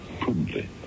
prudently